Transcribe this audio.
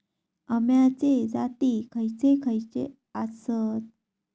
अम्याचे जाती खयचे खयचे आसत?